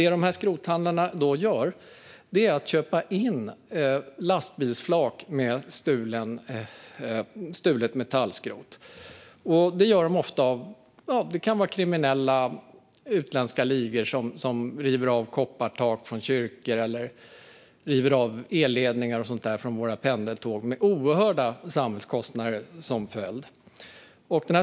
Det dessa skrothandlare då gör är att köpa in lastbilsflak med stulet metallskrot, ofta av utländska kriminella ligor som river av koppartak från kyrkor eller river ned elledningar från våra pendeltåg med oerhörda samhällskostnader som följd.